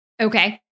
Okay